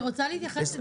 אני רוצה להתייחס.